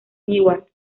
newark